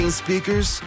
speakers